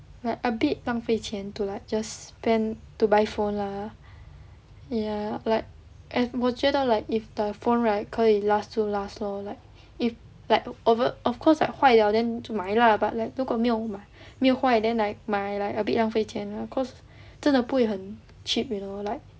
like a bit 浪费钱 to like just spend to buy phone lah ya like I 我觉得 like if the phone right 可以 last 就 last lor like if like of course like 坏了 then 就买 lah but like 如果没有卖没有坏 then like 买 like a bit of 浪费钱 lah cause 真的不会很 cheap you know like